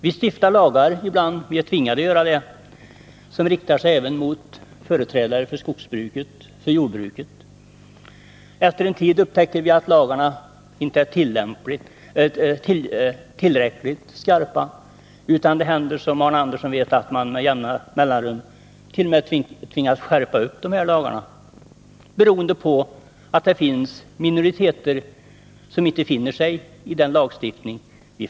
Vi stiftar ibland lagar — det är vi tvungna att göra — som riktar sig även mot företrädare för skogsoch jordbruket. Efter en tid upptäcker vi att lagarna inte är tillräckligt skarpa, utan det händer, som Arne Andersson vet, att vi med jämna mellanrum tvingas skärpa dem på grund av att minoriteter av dem lagarna berör inte finner sig i dessa.